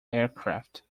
aircraft